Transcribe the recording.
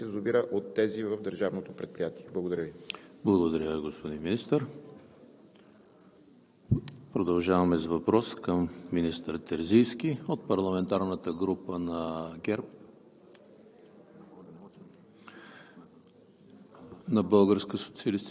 са възложени строително-монтажни работи по отношение на 96 язовира от тези в държавното предприятие. Благодаря Ви. ПРЕДСЕДАТЕЛ ЕМИЛ ХРИСТОВ: Благодаря Ви, господин Министър. Продължаваме с въпрос към министър Терзийски. От парламентарната група на ГЕРБ?